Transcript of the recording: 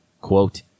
quote